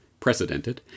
precedented